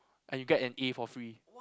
and you get an A for free